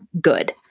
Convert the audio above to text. good